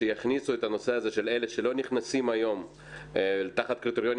שיכניסו את הנושא של אלה שלא נכנסים היום תחת קריטריונים